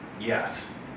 Yes